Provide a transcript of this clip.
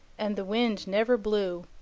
and the wind never blew.